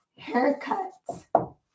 haircuts